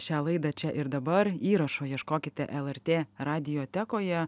šią laidą čia ir dabar įrašo ieškokite lrt radiotekoje